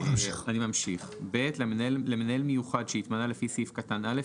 אני ממשיך: (ב)למנהל מיוחד שהתמנה לפי סעיף קטן (א)